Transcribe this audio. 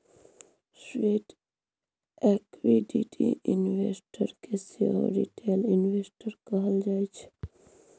sweat equity investor केँ सेहो retail investor कहल जाइ छै